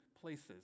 places